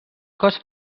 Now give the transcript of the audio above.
cos